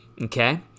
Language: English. Okay